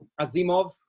Azimov